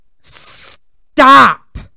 Stop